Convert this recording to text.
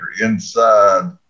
inside